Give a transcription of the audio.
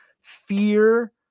fear